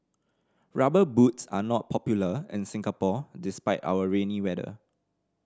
Rubber Boots are not popular in Singapore despite our rainy weather